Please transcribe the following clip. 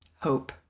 Hope